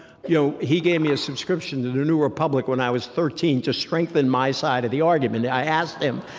you know he gave me a subscription to the new republic when i was thirteen to strengthen my side of the argument i asked him,